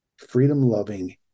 freedom-loving